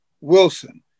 Wilson